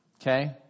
Okay